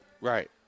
Right